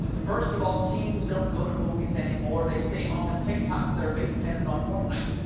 first of all, teens don't go to movies anymore. they stay home and tik tok their vape pens on fortnite.